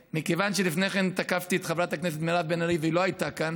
מכיוון שלפני כן תקפתי את חברת הכנסת מירב בן ארי והיא לא הייתה כאן,